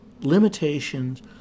limitations